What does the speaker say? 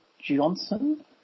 Johnson